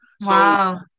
Wow